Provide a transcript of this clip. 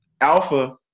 Alpha